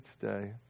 today